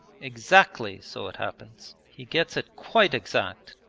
exactly so it happens. he gets it quite exact.